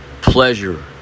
pleasure